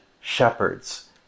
shepherds